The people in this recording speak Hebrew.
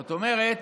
זאת אומרת,